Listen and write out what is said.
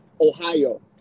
Ohio